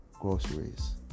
groceries